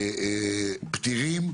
פתירים,